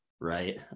right